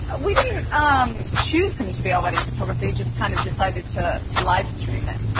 we didn't um choose him to be our wedding photography. just kind of decided to to livestream it.